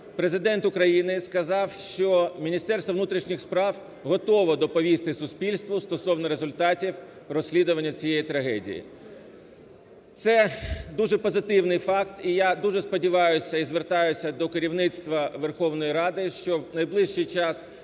Президент України сказав, що Міністерство внутрішніх справ готово доповісти суспільству стосовно результатів розслідування цієї трагедії. Це дуже позитивний факт, і я дуже сподіваюся і звертаюся до керівництва Верховної Ради, що в найближчий час